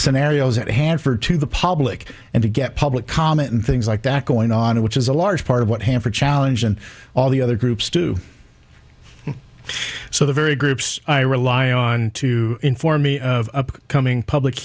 scenarios at hand for to the public and to get public comment and things like that going on which is a large part of what hamper challenge and all the other groups to so the very groups i rely on to inform me of coming public